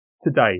today